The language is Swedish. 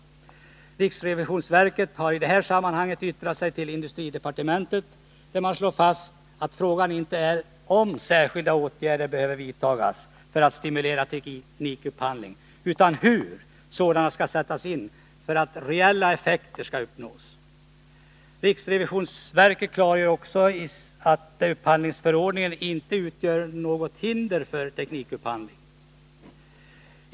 Riksrevisionsverket har i det sammanhanget yttrat sig till industridepartementet, där man slår fast att frågan inte är om särskilda åtgärder behöver vidtas för att stimulera teknikupphandling, utan hur sådana skall sättas in för att reella effekter skall uppnås. Riksrevisionsverket klargör också att upphandlingsförordningen inte utgör något hinder för teknikupphandling.